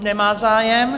Nemá zájem.